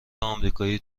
امریکایی